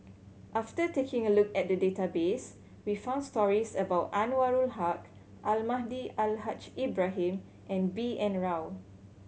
after taking a look at the database we found stories about Anwarul Haque Almahdi Al Haj Ibrahim and B N Rao